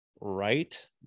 right